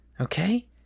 Okay